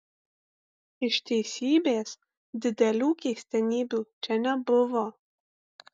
iš teisybės didelių keistenybių čia nebuvo